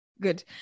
Good